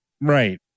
Right